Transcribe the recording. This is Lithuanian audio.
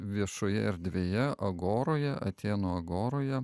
viešoje erdvėje agoroje atėnų agoroje